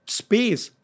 space